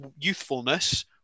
youthfulness